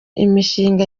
imishinga